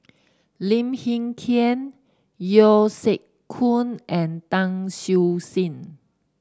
Lim Hng Kiang Yeo Siak Goon and Tan Siew Sin